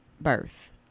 birth